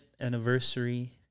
anniversary